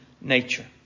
nature